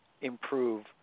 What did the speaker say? improve